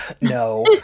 no